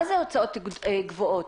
מה זה הוצאות קבועות?